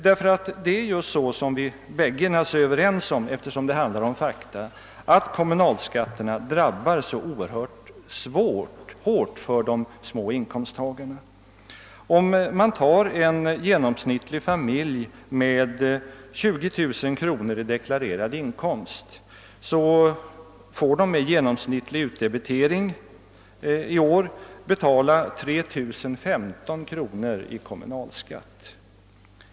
Det förhåller sig nämligen just så — vilket vi bägge är överens om, eftersom det handlar om fakta — att kommunalskatterna drabbar de små inkomsttagarna oerhört hårt. Om man som exempel tar en vanlig familj med 20 000 kr. i deklarerad inkomst, visar det sig att den vid genomsnittlig utdebitering i år får betala 3 015 kr. i kommunalskatt.